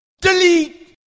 Delete